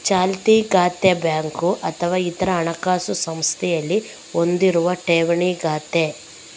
ಚಾಲ್ತಿ ಖಾತೆ ಬ್ಯಾಂಕು ಅಥವಾ ಇತರ ಹಣಕಾಸು ಸಂಸ್ಥೆಯಲ್ಲಿ ಹೊಂದಿರುವ ಠೇವಣಿ ಖಾತೆ